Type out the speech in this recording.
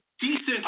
decent